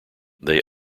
they